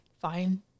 fine